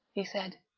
he said.